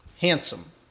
handsome